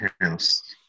house